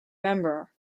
member